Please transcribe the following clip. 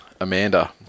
Amanda